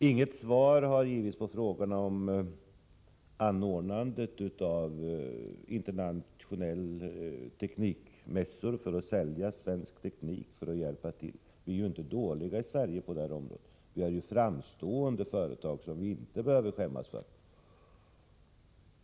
Inget svar har givits på frågorna om anordnandet av internationella teknikmässor för att sälja svensk teknik. Vi är ju inte dåliga i Sverige på detta område. Vi har framstående företag som vi inte behöver skämmas för.